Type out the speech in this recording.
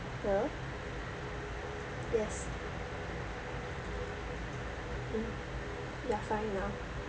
hello yes uh ya fine now